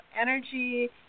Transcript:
energy